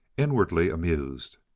inwardly amused.